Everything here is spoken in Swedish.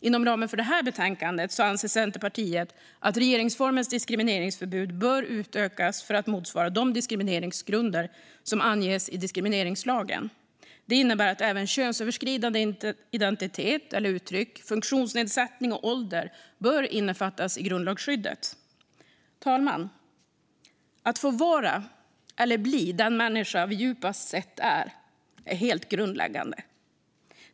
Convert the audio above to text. Inom ramen för det här betänkandet anser Centerpartiet att regeringsformens diskrimineringsförbud bör utökas för att motsvara de diskrimineringsgrunder som anges i diskrimineringslagen. Det innebär att även könsöverskridande identitet eller uttryck, funktionsnedsättning och ålder bör innefattas av grundlagsskyddet. Fru talman! Att få vara eller bli den människa man djupast sett är är helt grundläggande.